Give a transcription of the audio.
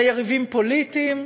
ליריבים פוליטיים,